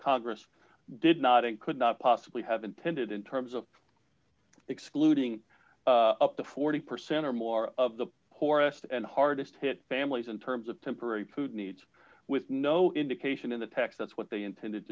congress did not and could not possibly have intended in terms of excluding the forty percent or more of the poorest and hardest hit families in terms of temporary putin needs with no indication in the past that's what they intended